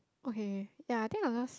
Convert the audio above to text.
okay ya I think I lost